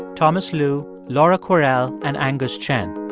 thomas lu, laura kwerel and angus chen.